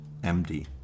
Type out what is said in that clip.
MD